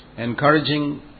Encouraging